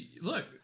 Look